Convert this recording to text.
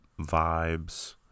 vibes